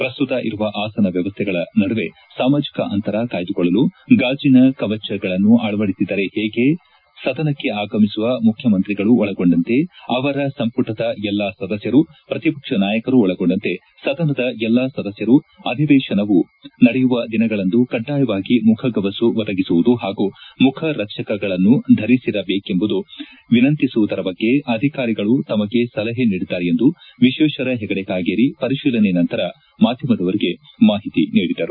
ಪ್ರಸ್ತುತ ಇರುವ ಆಸನ ವ್ಯವಸ್ಥೆಗಳ ನಡುವೆ ಸಾಮಾಜಿಕ ಅಂತರ ಕಾಯ್ದೆಕೊಳ್ಳಲು ಗಾಜಿನ ಕವಚಗಳನ್ನು ಅಳವಡಿಸಿದರೆ ಹೇಗೆ ಸದನಕ್ಕೆ ಆಗಮಿಸುವ ಮುಖ್ಯಮಂತ್ರಿಗಳೂ ಒಳಗೊಂಡಂತೆ ಅವರ ಸಂಪುಟದ ಎಲ್ಲಾ ಸದಸ್ತರು ಪ್ರತಿಪಕ್ಷ ನಾಯಕರೂ ಒಳಗೊಂಡಂತೆ ಸದನದ ಎಲ್ಲಾ ಸದಸ್ಯರೂ ಅಧಿವೇಶನವು ನಡೆಯುವ ದಿನಗಳಂದು ಕಡ್ಡಾಯವಾಗಿ ಮುಖಗವಸು ಒದಗಿಸುವುದು ಹಾಗೂ ಮುಖ ರಕ್ಷಕಗಳನ್ನು ಧರಿಸಿಬರಬೇಕೆಂದು ವಿನಂತಿಸುವುದರ ಬಗ್ಗೆ ಅಧಿಕಾರಿಗಳು ತಮಗೆ ಸಲಹೆ ನೀಡಿದ್ದಾರೆ ಎಂದು ವಿಶ್ವೇಶ್ವರ ಹೆಗಡೆ ಕಾಗೇರಿ ಪರಿಶೀಲನೆ ನಂತರ ಮಾಧ್ಯಮದವರಿಗೆ ಮಾಹಿತಿ ನೀಡಿದರು